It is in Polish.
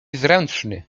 zręczny